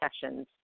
sessions